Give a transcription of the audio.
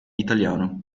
italiano